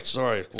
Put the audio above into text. sorry